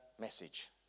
message